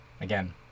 again